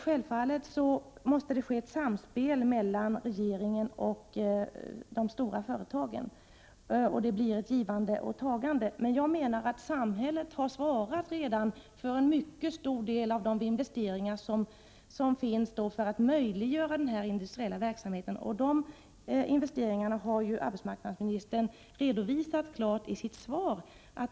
Självfallet måste det ske ett samspel mellan regeringen och de stora företagen, och det blir ett givande och tagande. Men jag menar att samhället redan har svarat för en mycket stor del av de investeringar som möjliggör denna industriella verksamhet. De investeringarna har arbetsmarknadsministern klart redovisat i sitt svar.